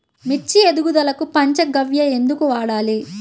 మిర్చి ఎదుగుదలకు పంచ గవ్య ఎందుకు వాడాలి?